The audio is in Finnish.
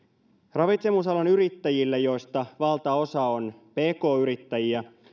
ravitsemusalan yrittäjille joista valtaosa on pk yrittäjiä